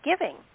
giving